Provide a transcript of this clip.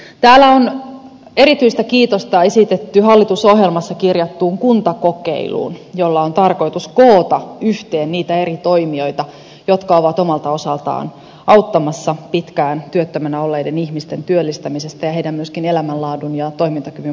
täällä on erityistä kiitosta esitetty hallitusohjelmassa kirjatusta kuntakokeilusta jolla on tarkoitus koota yhteen niitä eri toimijoita jotka ovat omalta osaltaan auttamassa pitkään työttömänä olleiden ihmisten työllistämisessä ja myöskin heidän elämänlaatunsa ja toimintakykynsä parantamisessa